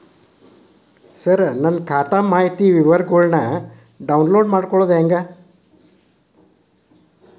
ಸರ ನನ್ನ ಖಾತಾ ಮಾಹಿತಿ ವಿವರಗೊಳ್ನ, ಡೌನ್ಲೋಡ್ ಮಾಡ್ಕೊಳೋದು ಹೆಂಗ?